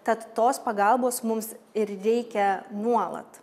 tad tos pagalbos mums ir reikia nuolat